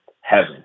heaven